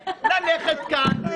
למה?